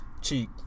Cheek